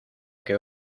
que